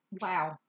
Wow